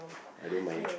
I don't mind